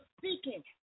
seeking